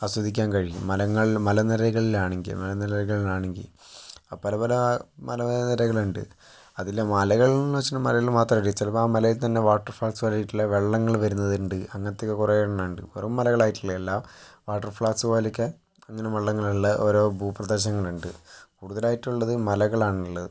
ആസ്വദിക്കാന് കഴിഞ്ഞു മലങ്ങൾ മലനിരകളിലാണെങ്കിൽ മലനിരകളിലാണെങ്കിൽ പല പല മല നിരകളുണ്ട് അതിൽ മലകളെന്ന് വെച്ചിട്ടുണ്ടങ്കിൽ മലകളില് മാത്രമല്ല ചിലപ്പോൾ ആ മലയിൽ തന്നെ വാട്ടര് ഫാള്സ് പോലെയെട്ടുള്ള വെള്ളങ്ങള് വരുന്നത് ഉണ്ട് അങ്ങൻത്തയൊക്കെ കുറെ എണ്ണം ഉണ്ട് വെറും മലകളായിട്ടുള്ളവയല്ല വാട്ടര് ഫാൾസ് പോലൊക്കെ ഇങ്ങനെ വെള്ളങ്ങളുള്ള ഓരോ ഭൂപ്രദേശങ്ങളുണ്ട് കൂടുതലായിട്ട് ഉള്ളത് മലകളാണുള്ളത്